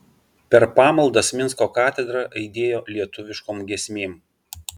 per pamaldas minsko katedra aidėjo lietuviškom giesmėm